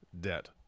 debt